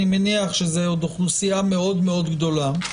אני מניח שזאת אוכלוסייה מאוד מאוד גדולה.